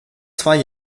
zwei